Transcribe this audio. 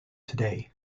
today